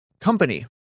company